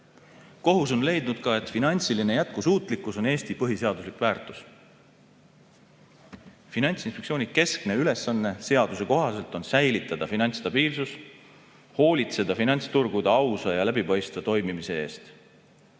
Kohus on leidnud ka, et finantsiline jätkusuutlikkus on Eesti põhiseaduslik väärtus. Finantsinspektsiooni keskne ülesanne seaduse kohaselt on säilitada finantsstabiilsus, hoolitseda finantsturgude ausa ja läbipaistva toimimise eest.